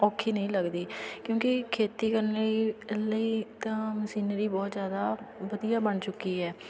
ਔਖੀ ਨਹੀਂ ਲੱਗਦੀ ਕਿਉਂਕਿ ਖੇਤੀ ਕਰਨ ਲਈ ਲਈ ਤਾਂ ਮਸ਼ੀਨਰੀ ਬਹੁਤ ਜ਼ਿਆਦਾ ਵਧੀਆ ਬਣ ਚੁੱਕੀ ਹੈ